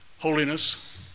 Holiness